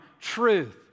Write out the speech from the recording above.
truth